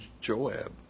joab